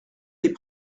des